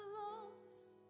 lost